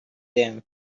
them